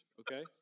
okay